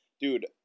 dude